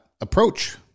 approach